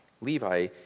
Levi